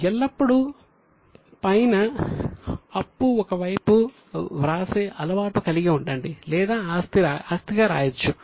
కాబట్టి ఎల్లప్పుడూ పైన అప్పు ఒకవైపు వ్రాసే అలవాటు కలిగి ఉండండి లేదా ఆస్తిగా వ్రాయవచ్చు